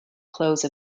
close